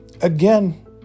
Again